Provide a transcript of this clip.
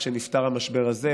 כשנפתר המשבר הזה,